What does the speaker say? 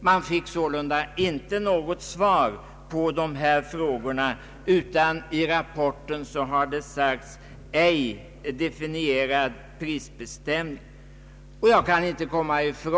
Man fick sålunda inte något svar på dessa frågor och i rapporten har det sagts: ej definierad prissättning. Jag kan inte komma till